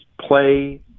play